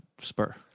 Spur